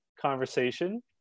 conversation